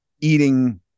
eating